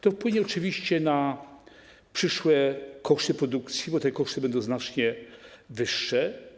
To wejdzie oczywiście do przyszłych kosztów produkcji, bo te koszty będą znacznie wyższe.